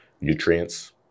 nutrients